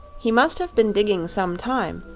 he must have been digging some time,